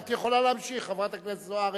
את יכולה להמשיך, חברת הכנסת זוארץ,